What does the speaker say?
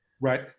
Right